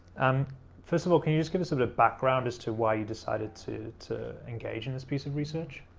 um first of all, can you just give us a bit of background as to why you decided to to engage in thispiece of research?